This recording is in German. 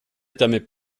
damit